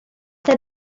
said